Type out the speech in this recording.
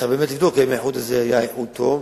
צריך באמת לבדוק אם האיחוד הזה היה איחוד טוב,